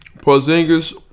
Porzingis